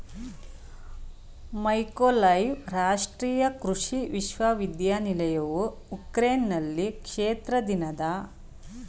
Mykolaiv ರಾಷ್ಟ್ರೀಯ ಕೃಷಿ ವಿಶ್ವವಿದ್ಯಾಲಯವು ಉಕ್ರೇನ್ನಲ್ಲಿ ಕ್ಷೇತ್ರ ದಿನದ ಹೊಸ ಸಂಪ್ರದಾಯವನ್ನು ಪ್ರಾರಂಭಿಸಿತು